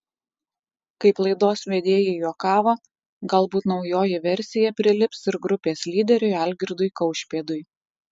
kaip laidos vedėjai juokavo galbūt naujoji versija prilips ir grupės lyderiui algirdui kaušpėdui